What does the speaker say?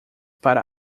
para